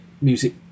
music